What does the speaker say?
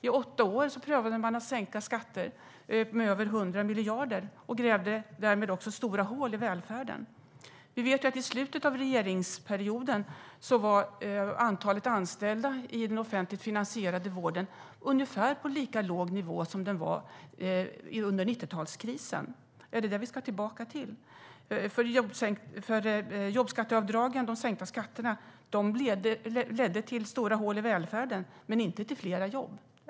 I åtta år prövade man att sänka skatter med över 100 miljarder och grävde därmed stora hål i välfärden. Vi vet att i slutet av regeringsperioden var antalet anställda i den offentligt finansierade vården ungefär på lika låg nivå som den var under 90-talskrisen. Ska vi tillbaka till det? Jobbskatteavdragen och de sänkta skatterna ledde till stora hål i välfärden men inte till fler jobb.